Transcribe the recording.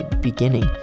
beginning